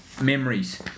memories